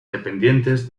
dependientes